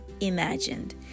imagined